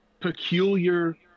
peculiar